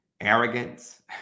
arrogance